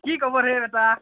কি খবৰ হে এটা